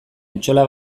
etxola